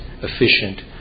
efficient